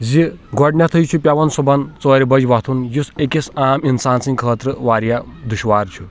زِ گۄڈنیٚتھٕے چھُ پیٚوان صُبحن ژورِ بَج وۄتُھن یُس أکِس عام اِنسان سٕنٛدۍ خٲطرٕ واریاہ دُشوار چھُ